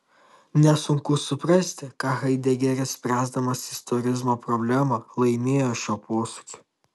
nesunku suprasti ką haidegeris spręsdamas istorizmo problemą laimėjo šiuo posūkiu